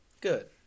Good